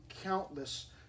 countless